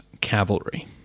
cavalry